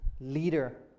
leader